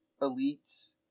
elites